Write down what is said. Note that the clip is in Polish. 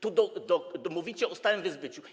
Tu mówicie o stałym wyzbyciu.